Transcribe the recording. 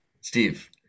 Steve